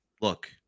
Look